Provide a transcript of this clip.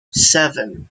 seven